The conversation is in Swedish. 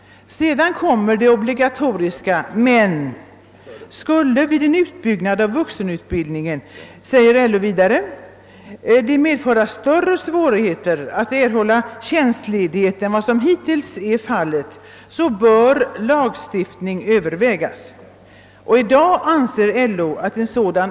Sedan kommer det obligatoriska »men». Då heter det: »Skulle vid utbyggnaden av vuxenutbildningen det medföra större svårigheter att erhålla tjänstledighet än vad hittills varit fallet bör lagstiftning övervägas.» LO anser dock att behov av lagstiftning inte föreligger för närvarande.